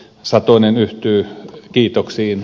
satonen yhtyy kiitoksiin